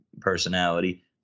personality